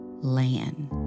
land